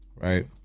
Right